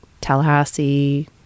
Tallahassee